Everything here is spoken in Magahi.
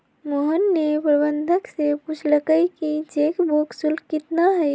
मोहन ने प्रबंधक से पूछल कई कि चेक बुक शुल्क कितना हई?